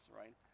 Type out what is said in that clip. right